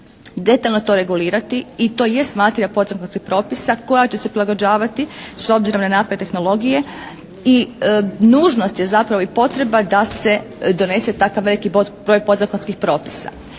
detaljno to regulirati i to jest materija podzakonskih propisa koja će se prilagođavati s obzirom na napredak tehnologije. I nužnost je zapravo i potreba da se donese takav neki broj podzakonskih propisa.